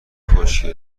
خشکی